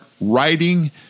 writing